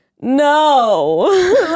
no